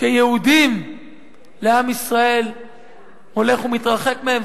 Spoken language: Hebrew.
כיהודים לעם ישראל הולך ומתרחק מהם.